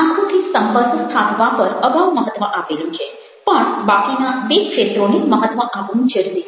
આંખોથી સંપર્ક સ્થાપવા પર અગાઉ મહત્ત્વ આપેલું છે પણ બાકીના બે ક્ષેત્રોને મહત્ત્વ આપવું જરૂરી છે